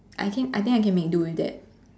I can I think I can make do with that